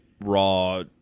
raw